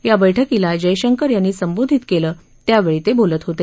या बैठकीला जयशंकर यांनी संबोधित केलं त्यावेळी ते बोलत होते